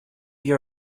your